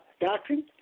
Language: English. doctrine